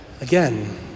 Again